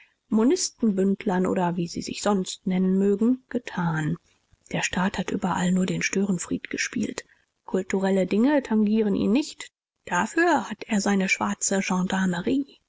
monistenbündlern oder wie sie sich sonst nennen mögen getan der staat hat überall nur den störenfried gespielt kulturelle dinge tangieren ihn nicht dafür hat er seine schwarze